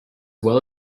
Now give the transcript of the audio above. well